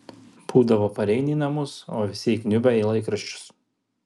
būdavo pareini į namus o visi įkniubę į laikraščius